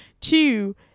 Two